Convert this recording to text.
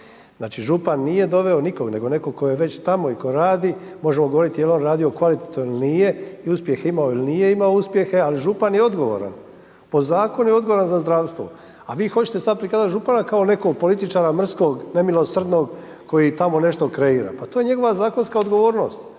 znači župan nije doveo nikoga, nego netko tko je već tamo i tko radi, možemo govoriti je li on radio kvalitetno ili nije i uspjeh je imao ili nije imao uspjehe, ali župan je odgovoran, po zakonu je odgovoran za zdravstvo. A vi hoćete sada prikazati župana kao nekog političara mrskog, nemilosrdnog, koji tamo nešto kreira, pa to je njegova zakonska odgovornost.